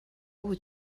بود